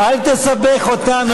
אל תסבך אותנו,